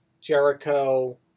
Jericho